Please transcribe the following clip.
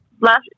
Last